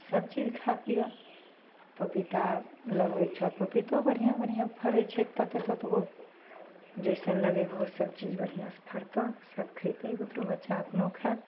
सबचीज खा पिअऽ पपीता लगबै छऽ पपीतो बढ़िआँ बढ़िआँ फड़ै छै तत ततगो जइसन लगेबहो सबचीज बढ़िआँसे फड़तऽ सब खएतै बुतरु बच्चा अपनो खाएब